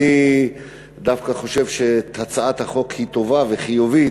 אני דווקא חושב שהצעת החוק היא טובה וחיובית.